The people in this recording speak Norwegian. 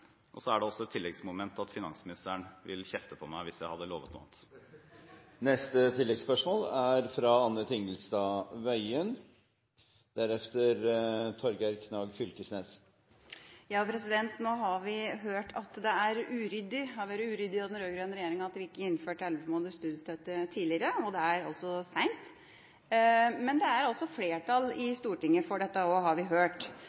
og Venstre. Og så er det også et tilleggsmoment at finansministeren vil kjefte på meg hvis jeg hadde lovet noe annet. Anne Tingelstad Wøien – til oppfølgingsspørsmål. Nå har vi hørt at det har vært uryddig av den rød-grønne regjeringa at vi ikke innførte 11 måneders studiestøtte tidligere, og det er sent, men det er flertall i Stortinget for dette, har vi hørt.